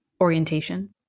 orientation